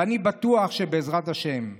ואני בטוח שבעזרת השם,